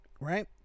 Right